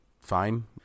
fine